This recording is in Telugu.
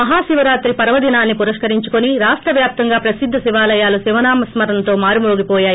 మహాశివరాత్రి పర్వదినాన్ని పురస్కరించుకుని రాష్ట వ్యాప్తంగా ప్రసిద్ద శివాలయాలు శివనామస్మ రణతో మారుమ్రోగివోయాయి